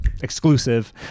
exclusive